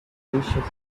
superstitious